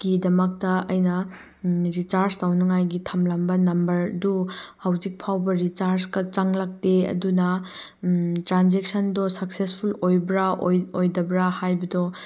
ꯀꯤꯗꯃꯛꯇ ꯑꯩꯅ ꯔꯤꯆꯥꯔꯖ ꯇꯧꯅꯤꯡꯉꯥꯏꯒꯤ ꯊꯝꯂꯝꯕ ꯅꯝꯕꯔꯗꯨ ꯍꯧꯖꯤꯛ ꯐꯥꯎꯕ ꯔꯤꯆꯥꯔꯖꯀ ꯆꯪꯂꯛꯇꯦ ꯑꯗꯨꯅ ꯇ꯭ꯔꯦꯟꯖꯦꯛꯁꯟꯗꯣ ꯁꯛꯁꯦꯁꯐꯨꯜ ꯑꯣꯏꯕ꯭ꯔꯥ ꯑꯣꯏꯗꯕ꯭ꯔꯥ ꯍꯥꯏꯕꯗꯣ